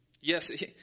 Yes